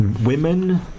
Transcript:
women